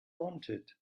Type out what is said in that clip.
wanted